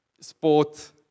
sport